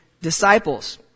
disciples